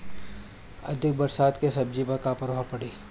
अधिक बरसात के सब्जी पर का प्रभाव पड़ी?